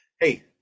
Hey